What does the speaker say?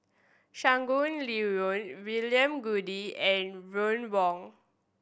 Shangguan Liuyun William Goode and Ron Wong